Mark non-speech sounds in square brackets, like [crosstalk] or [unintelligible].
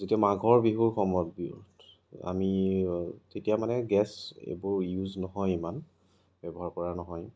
যেতিয়া মাঘৰ বিহুৰ সময়ত [unintelligible] আমি তেতিয়া মানে গেছ এইবোৰ ইউজ নহয় ইমান ব্যৱহাৰ কৰা নহয়